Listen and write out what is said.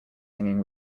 singing